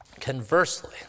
Conversely